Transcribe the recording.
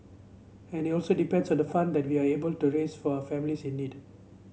and it also depends on the fund that we are able to raise for a families in need